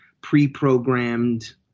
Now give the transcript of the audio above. pre-programmed